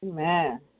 Amen